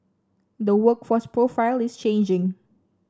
the workforce profile is changing